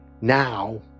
now